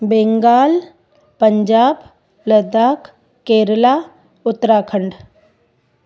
Bengal Punjab Ladakh Kerala Uttarakhand